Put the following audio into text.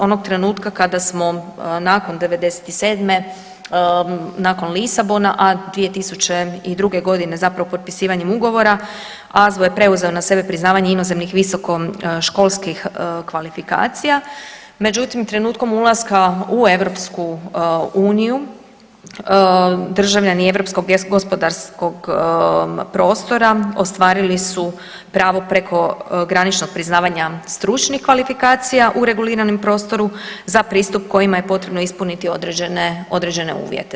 Onog trenutka kada smo nakon '97., nakon Lisabona, a 2002.g. zapravo potpisivanjem ugovora, AZVO je preuzeo na sebe priznavanje inozemnih visokoškolskih kvalifikacija, međutim trenutkom ulaska u EU državljani europskog gospodarskog prostora ostvarili su pravo prekograničnog priznavanja stručnih kvalifikacija u reguliranom prostoru za pristup kojima je potrebno ispuniti određene uvjete.